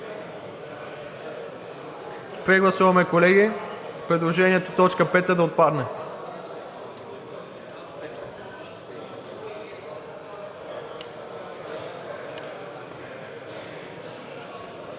Прегласуваме, колеги, предложението т. 5 да отпадне.